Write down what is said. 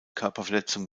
körperverletzung